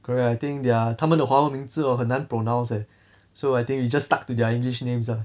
correct I think their 他们的华文名字 hor 很难 pronounce ah so I think we just stuck to their english names ah